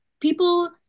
people